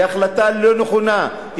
היא החלטה לא נכונה,